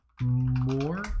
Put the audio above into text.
more